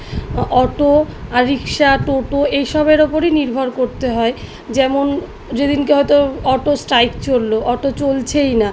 auto আর rickshaw toto এই সবের ওপরই নির্ভর করতে হয় যেমন যেদিনকে হয়তো অটো স্ট্রাইক চললো অটো চলছেই না